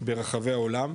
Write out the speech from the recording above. ברחבי העולם,